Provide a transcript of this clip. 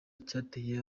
cyateye